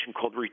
called